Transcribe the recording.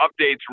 updates